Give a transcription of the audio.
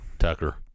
Tucker